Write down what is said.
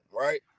right